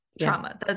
trauma